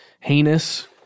heinous